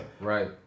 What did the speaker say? Right